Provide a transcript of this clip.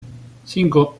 cinco